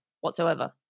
whatsoever